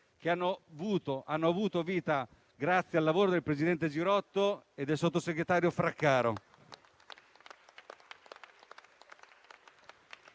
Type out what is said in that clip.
che hanno avuto vita grazie al lavoro del presidente Girotto e del sottosegretario Fraccaro.